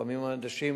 לפעמים אנשים,